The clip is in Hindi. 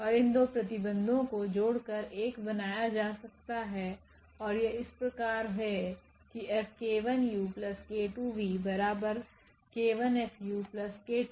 और इन दो प्रतिबंधों को जोडकर एक बनाया जा सकता है और यह इस प्रकार है किF𝑘1𝑢 𝑘2𝑣 𝑘1F𝑢𝑘2𝐹𝑣